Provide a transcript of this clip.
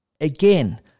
Again